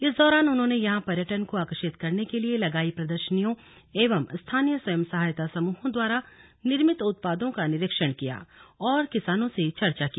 इस दौरान उन्होंने यहां पर्यटन को आकर्षित करने के लिए लगायी गयी प्रदर्शनियों एवं स्थानीय स्वयं सहायता समूहों द्वारा निर्मित उत्पादों का निरीक्षण किया और किसानों से चर्चा की